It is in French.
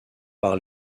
par